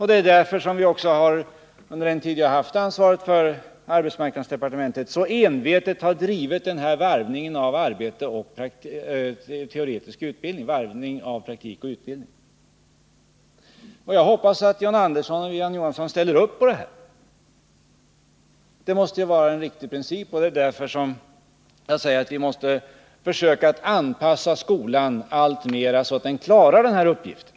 Det är därför vi, under den tid jag haft ansvaret för arbetsmarknadsdepartementet, så envetet har drivit varvningen av praktik och utbildning. Jag hoppas att John Andersson och Marie-Ann Johansson ställer upp på detta. Det måste vara en riktig princip, och det är därför jag säger att vi måste försöka anpassa skolan så att den klarar den här uppgiften.